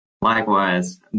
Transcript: Likewise